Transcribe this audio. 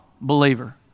believer